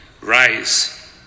Rise